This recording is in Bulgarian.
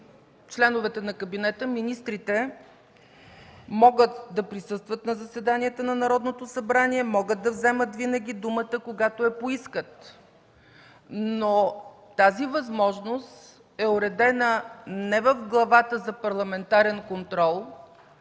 членовете на кабинета, министрите, могат да присъстват на заседанията на Народното събрание, могат да вземат винаги думата, когато я поискат. Но тази възможност е уредена не в главата за парламентарен контрол,